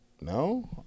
no